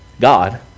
god